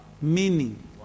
Meaning